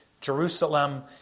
Jerusalem